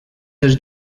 dels